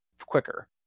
quicker